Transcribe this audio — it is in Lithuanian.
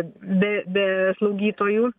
be be slaugytojų